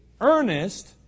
earnest